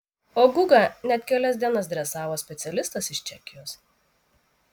o gugą net kelias dienas dresavo specialistas iš čekijos